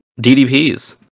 DDPs